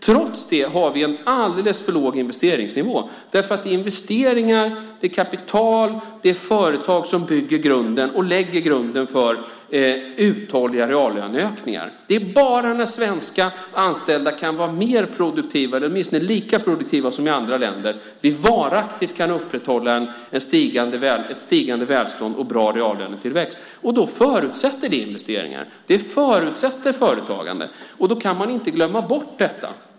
Trots det har vi en alldeles för låg investeringsnivå, för det är investeringar, kapital och företag som lägger grunden för uthålliga reallöneökningar. Det är bara när svenska anställda kan vara mer produktiva än, eller åtminstone lika produktiva som, de i andra länder som vi varaktigt kan upprätthålla ett stigande välstånd och bra reallönetillväxt. Då förutsätter det investeringar. Det förutsätter företagande. Då kan man inte glömma bort detta.